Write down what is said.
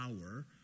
power